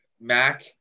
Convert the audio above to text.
Mac